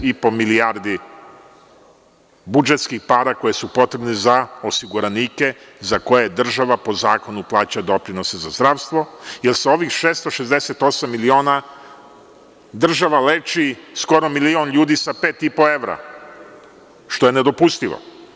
Gde se dede 10,5 milijardi budžetskih para koje su potrebne za osiguranike, za koje država po zakonu plaća doprinose za zdravstvo, jer sa ovih 668 miliona država leči skoro milion ljudi sa 5,5 evra, što je nedopustivo.